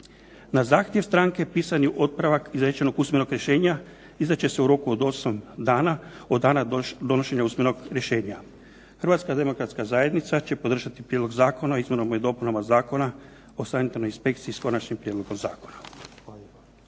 Na zahtjev stranke pisan je otpravak izrečenog usmenog rješenja, izriče se u roku od osam dana od dana donošenja usmenog rješenja. Hrvatska demokratska zajednica će podržati prijedlog Zakona o izmjenama i dopunama Zakona o sanitarnoj inspekciji s konačnim prijedlogom zakona. Hvala